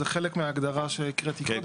זה חלק מההגדרה שהקראתי קודם.